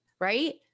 right